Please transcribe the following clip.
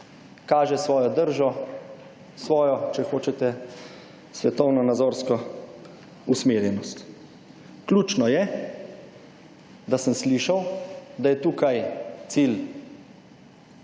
kaže svojo držo, svojo, če hočete, svetovno nazorsko usmerjenost. Ključno je, da sem slišal, da je tukaj cilj